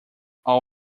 all